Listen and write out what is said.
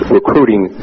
recruiting